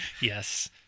Yes